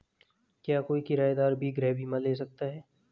क्या कोई किराएदार भी गृह बीमा ले सकता है?